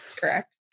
Correct